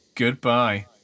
Goodbye